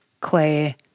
clay